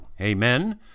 Amen